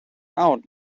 out